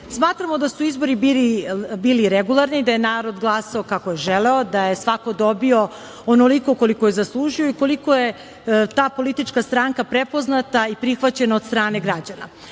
Smatramo da su izbori bili regularni, da je narod glasao kako je želeo, da je svako dobio onoliko koliko je zaslužio,a ukoliko je ta politička stranka prepoznata i prihvaćena od strane građana.